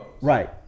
Right